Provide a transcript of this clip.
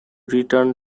return